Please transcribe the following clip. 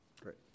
great